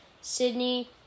Sydney